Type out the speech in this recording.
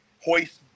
hoist